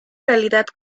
realidad